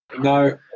No